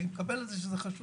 אני מקבל את זה שזה חשוב.